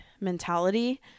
mentality